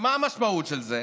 מה המשמעות של זה?